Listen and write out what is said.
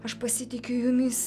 aš pasitikiu jumis